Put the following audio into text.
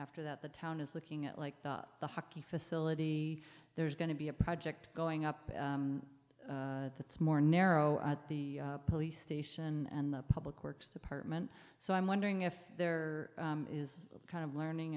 after that the town is looking at like the hockey facility there's going to be a project going up that's more narrow at the police station and the public works department so i'm wondering if there is a kind of learning